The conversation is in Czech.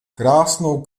krásnou